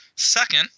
Second